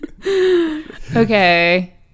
Okay